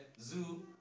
zoo